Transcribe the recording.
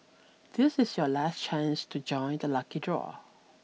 this is your last chance to join the lucky draw